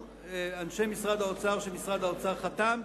אנשי משרד האוצר מסרו לנו שמשרד האוצר חתם,